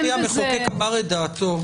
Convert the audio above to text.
לשיטתי המחוקק אמר את דעתו,